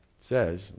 says